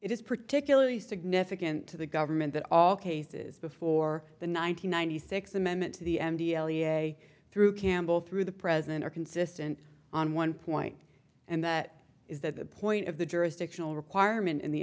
it is particularly significant to the government that all cases before the nine hundred ninety six amendment to the m t l usa through campbell through the president are consistent on one point and that is that the point of the jurisdictional requirement in the